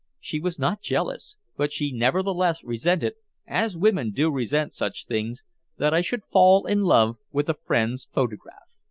she was not jealous, but she nevertheless resented as women do resent such things that i should fall in love with a friend's photograph.